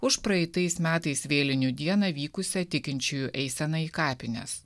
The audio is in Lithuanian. už praeitais metais vėlinių dieną vykusią tikinčiųjų eiseną į kapines